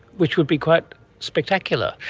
which would be quite spectacular.